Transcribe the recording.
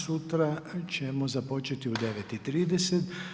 Sutra ćemo započeti u 9.30.